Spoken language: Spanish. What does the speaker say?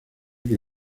que